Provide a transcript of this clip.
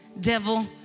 Devil